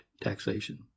taxation